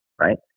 right